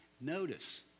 Notice